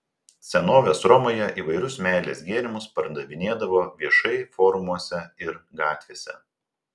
senovės romoje įvairius meilės gėrimus pardavinėdavo viešai forumuose ir gatvėse